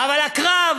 אבל עקרב